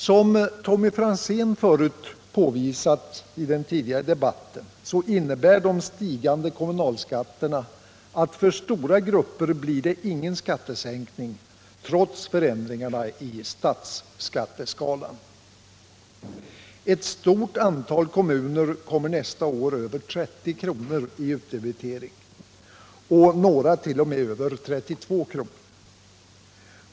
Som Tommy Franzén påvisat i den tidigare debatten innebär de stigande kommunalskatterna att det för stora grupper inte blir någon skattesänkning, trots förändringarna i statsskatteskalan, Ett stort antal kommuner kommer nästa år över 30 kr. i utdebitering och några t.o.m. över 32 kr.